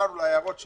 להערות שלנו.